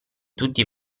tutti